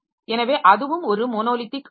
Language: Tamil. எனவே அதுவும் ஒரு மோனோலித்திக் ஆகும்